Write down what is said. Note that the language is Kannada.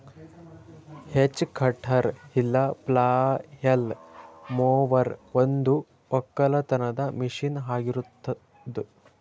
ಹೆಜ್ ಕಟರ್ ಇಲ್ಲ ಪ್ಲಾಯ್ಲ್ ಮೊವರ್ ಒಂದು ಒಕ್ಕಲತನದ ಮಷೀನ್ ಆಗಿರತ್ತುದ್